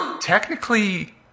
Technically